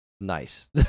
Nice